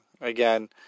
Again